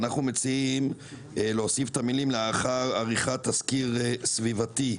אנחנו מציעים להוסיף את המילים "לאחר עריכת תסקיר סביבתי".